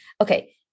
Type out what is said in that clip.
Okay